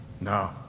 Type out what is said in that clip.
No